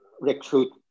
recruit